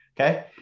Okay